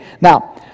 Now